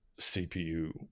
cpu